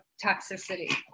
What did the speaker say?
toxicity